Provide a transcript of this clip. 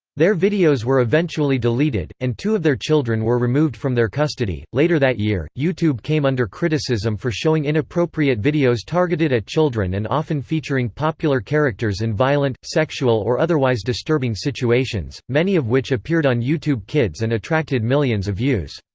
their videos were eventually deleted, and two of their children were removed from their custody later that year, youtube came under criticism for showing inappropriate videos targeted at children and often featuring popular characters in violent, sexual or otherwise disturbing situations, many of which appeared on youtube kids and attracted millions of views.